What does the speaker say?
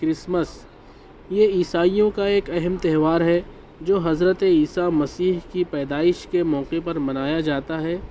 Christmas یہ عیسائیوں کا ایک اہم تہوار ہے جو حضرت عیسیٰ مسیح کی پیدائش کے موقعے پر منایا جاتا ہے